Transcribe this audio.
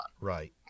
Right